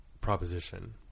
proposition